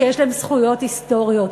שיש להם זכויות היסטוריות.